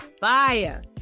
fire